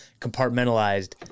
compartmentalized